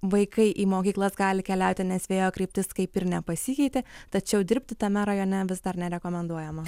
vaikai į mokyklas gali keliauti nes vėjo kryptis kaip ir nepasikeitė tačiau dirbti tame rajone vis dar nerekomenduojama